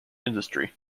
industry